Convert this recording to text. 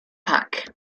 pack